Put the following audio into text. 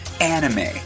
Anime